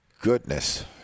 Goodness